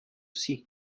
see